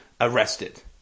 arrested